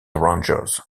rangers